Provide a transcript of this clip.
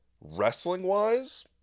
Wrestling-wise